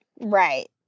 Right